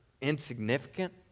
insignificant